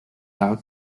out